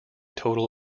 total